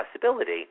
possibility